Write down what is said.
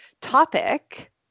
topic